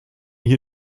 hier